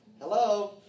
Hello